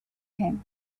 him